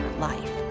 life